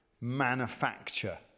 manufacture